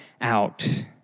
out